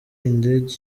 indege